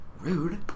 Rude